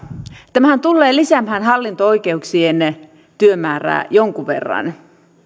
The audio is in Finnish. tämähän tulee lisäämään hallinto oikeuksien työmäärää jonkun verran